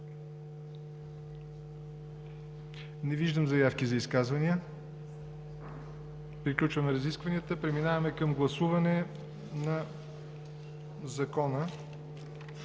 Не виждам заявки за изказвания. Приключваме разискванията. Преминаваме към първо гласуване на